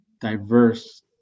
diverse